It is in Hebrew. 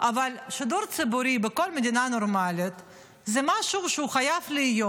אבל שידור ציבורי בכל מדינה נורמלית זה משהו שחייב להיות,